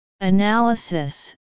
Analysis